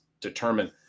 determine